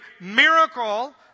miracle